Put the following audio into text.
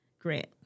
Grant